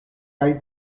kaj